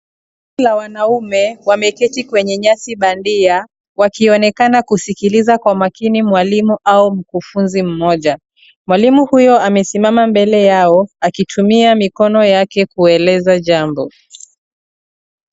Kundi la wanaume wameketi kwenye nyasi bandia wakionekana kusikiliza kwa makini mwalimu au mkufunzi mmoja. Mwalimu huyo amesimama mbele yao akitumia mikono yake kueleza jambo.